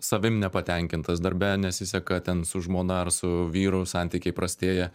savim nepatenkintas darbe nesiseka ten su žmona ar su vyru santykiai prastėja